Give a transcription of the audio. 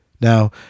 Now